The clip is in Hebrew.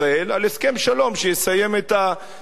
על הסכם שלום שיסיים את הסכסוך.